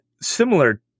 similar